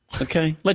okay